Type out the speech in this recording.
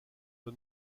the